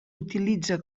utilitza